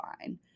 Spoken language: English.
fine